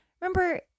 Remember